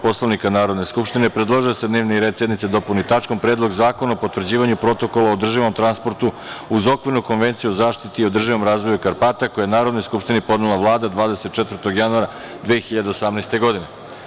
Poslovnika Narodne skupštine, predložilo je da se dnevni red sednice dopuni tačkom – Predlog zakona o potvrđivanju Protokola o održivom transportu uz Okvirnu konvenciju o zaštiti i održivom razvoju Karpata, koji je Narodnoj skupštini podnela Vlada 24. januara 2018. godine.